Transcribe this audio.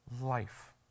life